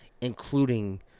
Including